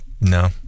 No